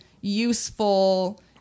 useful